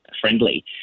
friendly